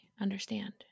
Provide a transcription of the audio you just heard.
understand